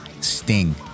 Sting